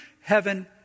heaven